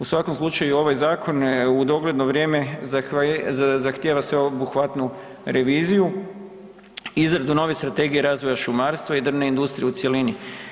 U svakom slučaju ovaj zakon u dogledno vrijeme zahtjeva sveobuhvatnu reviziju i izradu nove strategije razvoja šumarstva i drvne industrije u cjelini.